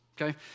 Okay